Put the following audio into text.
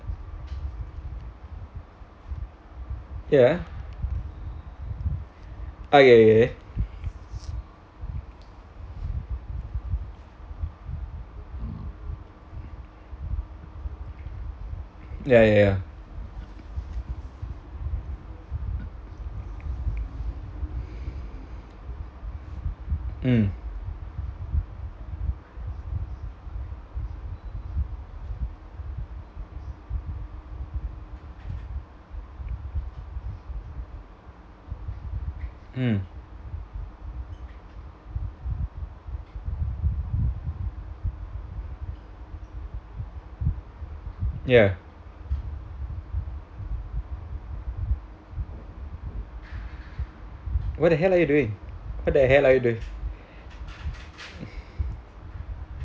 ya okay okay okay ya ya ya mm mm ya what the hell are you doing what the hell are you doing